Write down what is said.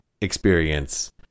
experience